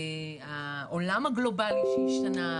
העולם הגלובלי השתנה,